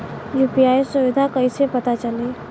UPI सुबिधा कइसे पता चली?